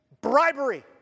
Bribery